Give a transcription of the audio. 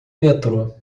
metrô